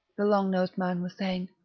the long-nosed man was saying.